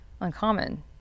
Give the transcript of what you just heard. uncommon